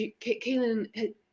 Kaylin